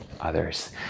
others